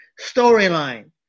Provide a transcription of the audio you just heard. Storyline